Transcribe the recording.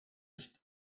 ist